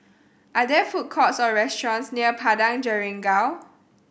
are there food courts or restaurants near Padang Jeringau